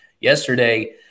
yesterday